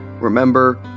remember